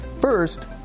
First